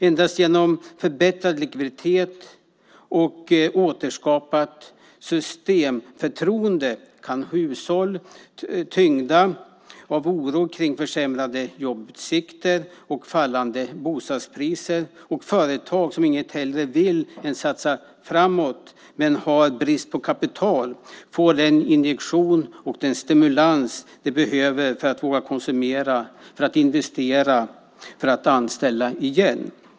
Endast genom förbättrad likviditet och återskapat systemförtroende kan hushåll tyngda av försämrade jobbutsikter och fallande bostadspriser, och företag som inget hellre vill än att satsa framåt men har brist på kapital, få den injektion och stimulans de behöver för att konsumera, investera och anställa igen.